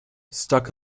stuck